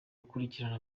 gukurikirana